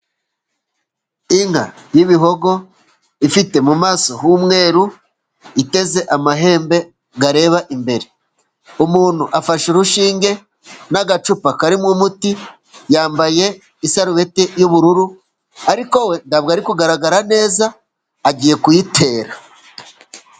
Inka y'ibihogo, ifite mu maso h'umweru, iteze amahembe areba imbere. Umuntu afashe urushinge, n'agacupa karimo umuti, yambaye isarubeti y'ubururu, ariko we ntabwo ari kugaragara neza, agiye kuyitera.